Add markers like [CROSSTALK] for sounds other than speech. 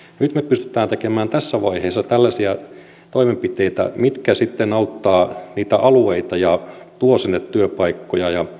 nyt me pystymme tekemään tässä vaiheessa tällaisia toimenpiteitä jotka sitten auttavat niitä alueita ja tuovat sinne työpaikkoja ja [UNINTELLIGIBLE]